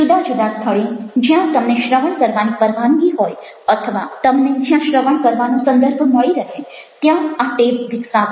જુદા જુદા સ્થળે જ્યાં તમને શ્રવણ કરવાની પરવાનગી હોય અથવા તમને જ્યાં શ્રવણ કરવાનો સંદર્ભ મળી રહે ત્યાં આ ટેવ વિકસાવો